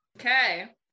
okay